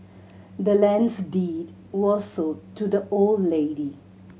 the land's deed was sold to the old lady